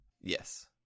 Yes